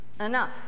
enough